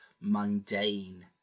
mundane